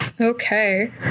Okay